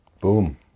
boom